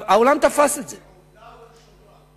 העולם תפס את זה, "לעבדה ולשמרה".